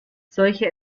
solche